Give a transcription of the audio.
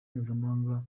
mpuzamahanga